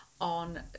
on